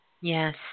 Yes